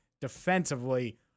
defensively